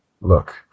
Look